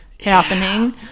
happening